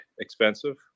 expensive